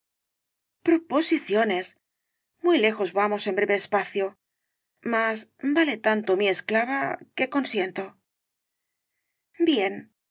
proposiciones muy lejos vamos en breve espacio mas vale tanto mi esclava que consiento bien yo